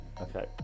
Okay